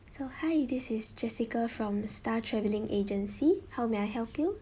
so hi this is jessica from star travelling agency how may I help you